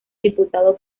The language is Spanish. diputado